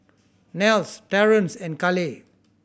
Nels Terrence and Kaleigh